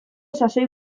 sasoi